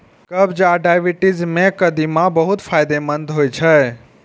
कब्ज आ डायबिटीज मे कदीमा बहुत फायदेमंद होइ छै